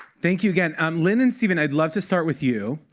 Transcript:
thank you again. um lynn and stephen, i'd love to start with you.